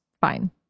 fine